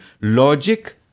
logic